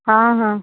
ହଁ ହଁ